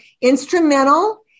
instrumental